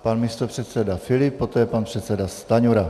Pan místopředseda Filip, poté pan předseda Stanjura.